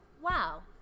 wow